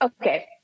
Okay